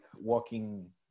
walking